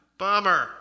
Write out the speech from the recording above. bummer